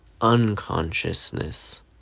unconsciousness